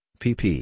pp